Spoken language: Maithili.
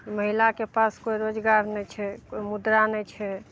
महिलाके पास कोइ रोजगार नहि छै कोइ मुद्रा नहि छै